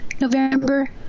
November